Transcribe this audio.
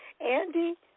Andy